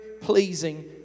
pleasing